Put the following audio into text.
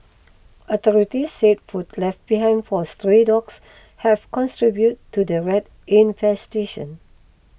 authorities said food left behind for stray dogs have to the rat infestation